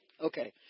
okay